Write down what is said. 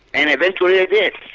and eventually it did.